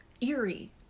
eerie